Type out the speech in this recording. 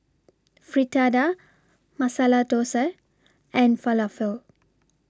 Fritada Masala Dosa and Falafel